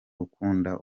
ukunda